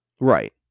Right